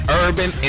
urban